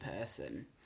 person